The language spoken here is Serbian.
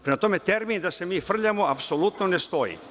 Prema tome, termin da se mi frljamo apsolutno ne stoji.